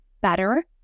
better